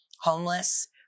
homeless